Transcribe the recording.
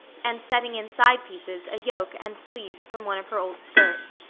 and setting in side pieces, a yoke and sleeves from one of her old skirts.